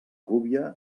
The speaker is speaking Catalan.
gúbia